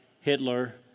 Hitler